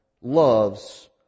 loves